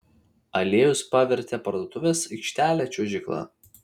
aliejus pavertė parduotuvės aikštelę čiuožykla